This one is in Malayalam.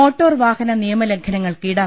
മോട്ടോർ വാഹന നിയമ ലംഘനങ്ങൾക്ക് ഈടാ